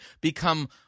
become